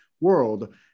world